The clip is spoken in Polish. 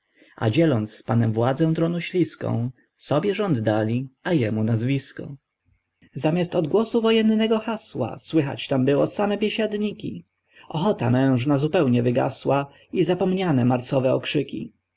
a dzieląc z panem władzę tronu śliską sobie rząd dali a jemu nazwisko zamiast odgłosu wojennego hasła słychać tam było same biesiadniki ochota mężna zupełnie wygasła i zapomniane marsowe okrzyki